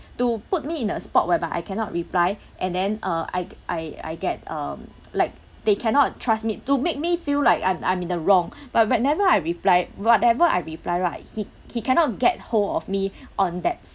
to put me in a spot whereby I cannot reply and then uh I I I get um like they cannot trust me to make me feel like I'm I'm in the wrong but whenever I reply whatever I reply right he he cannot get hold of me on that